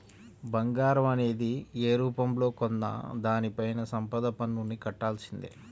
బంగారం అనేది యే రూపంలో కొన్నా దానిపైన సంపద పన్నుని కట్టాల్సిందే